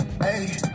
hey